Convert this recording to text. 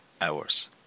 hours